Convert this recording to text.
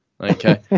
Okay